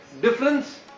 difference